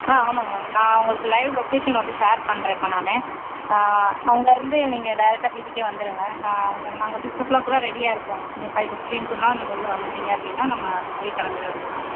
ஆ ஆமாங்க மேம் நான் உங்களுக்கு லைவ் லொக்கேஷன வந்து ஷேர் பண்ணுறேன் இப்போ நான் அங்கிருந்து நீங்கள் டேரெக்ட்டாக வீட்டுக்கே வந்துடுங்க நாங்கள் நாங்கள் சிக்ஸ் ஓ கிளாக்குள்ளே ரெடியாக இருப்போம் நீங்கள் ஃபைவ் ஃபிஃப்டின்க்கெலாம் நீங்கள் உள்ளே வந்துடீங்க அப்படின்னா நம்ம அப்படியே கிளம்பிட வேண்டியதுதான்